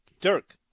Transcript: Dirk